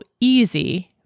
easy